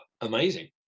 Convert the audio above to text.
amazing